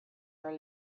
are